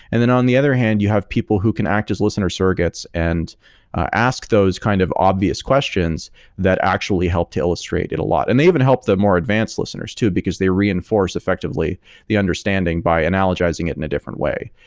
and then on the other hand you have people who can act as listener surrogates and ask those kind of obvious questions that actually help to illustrate it a lot, and they even help the more advanced listeners to, because they reinforce effectively the understanding by analogizing it in a different way.